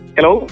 Hello